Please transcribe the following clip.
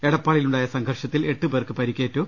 എടപ്പാളിൽ ഉണ്ടായ സംഘർഷത്തിൽ എട്ട് പേർക്ക് പരുക്കേറ്റു